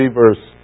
verse